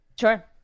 sure